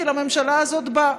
כי לממשלה הזאת בא.